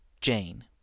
Jane